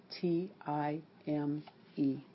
T-I-M-E